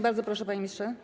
Bardzo proszę, panie ministrze.